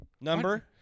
Number